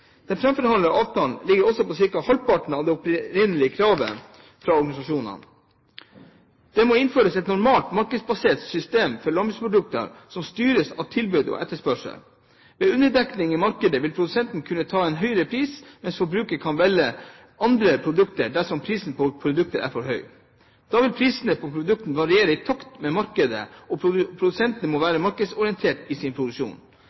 Den framforhandlede avtalen ligger også på ca. halvparten av det opprinnelige kravet fra organisasjonene. Det må innføres et normalt markedsbasert system for landbruksprodukter som styres av tilbud og etterspørsel. Ved underdekning i markedet vil produsenten kunne ta en høyere pris, mens forbruker kan velge andre produkter dersom prisen på produktet er for høy. Da vil prisene på produktene variere i takt med markedet, og produsentene må være markedsorienterte i sin produksjon.